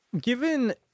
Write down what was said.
Given